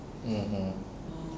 mm hmm